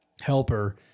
helper